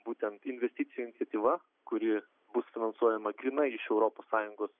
būtent investicijų iniciatyva kuri bus finansuojama grynai iš europos sąjungos